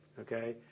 okay